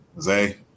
Zay